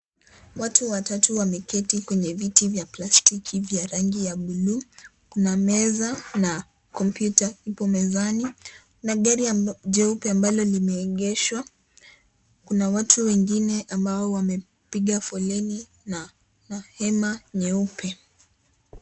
Watu watatu wameketi kwenye viti vya plastic hivi vya rangi ya blue . Kuna meza na kompyuta ipo mezani. Kuna gari jeupe ambalo limeegeshwa. Kuna watu wengine ambao wamepiga foleni na hema nyeupe.